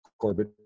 corbett